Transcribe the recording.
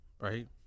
right